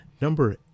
number